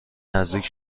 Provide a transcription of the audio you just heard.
نزدیک